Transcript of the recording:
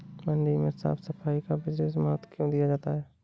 मंडी में साफ सफाई का विशेष महत्व क्यो दिया जाता है?